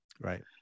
Right